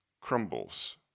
crumbles